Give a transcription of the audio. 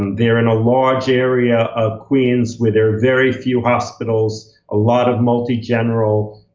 they're in a large area of queens where there are very few hospitals. a lot of multi-general,